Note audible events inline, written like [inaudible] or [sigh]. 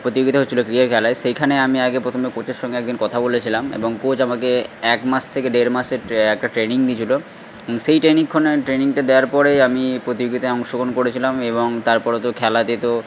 প্রতিযোগিতা হচ্ছিল ক্রিকেট খেলায় সেইখানে আমি আগে প্রথমে কোচের সঙ্গে এক দিন কথা বলেছিলাম এবং কোচ আমাকে এক মাস থেকে দেড় মাসের ট্রে একটা ট্রেনিং দিয়েছিল সেই ট্রেনিং [unintelligible] ট্রেনিংটা দেওয়ার পরে আমি প্রতিযোগিতায় অংশগ্রহণ করেছিলাম এবং তার পরে তো খেলাতে তো